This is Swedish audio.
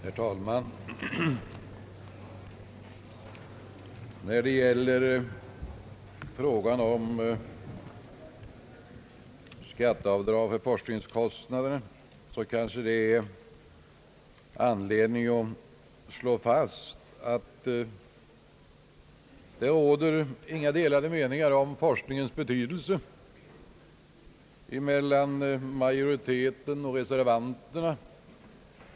Herr talman! När det gäller frågan om skatteavdrag för forskningskostnader finns det kanske anledning att slå fast, att det inte råder några delade meningar mellan majoriteten och reservanterna om forskningens betydelse.